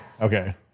Okay